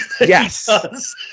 Yes